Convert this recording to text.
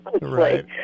Right